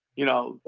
you know,